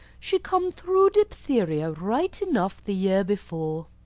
she come through diphtheria right enough the year before.